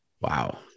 Wow